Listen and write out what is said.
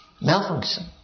Malfunction